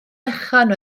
fechan